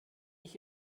ich